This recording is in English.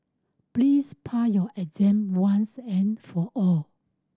please pass your exam once and for all